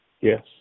Yes